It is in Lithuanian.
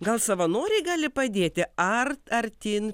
gal savanoriai gali padėti ar artyn